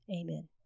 Amen